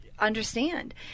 Understand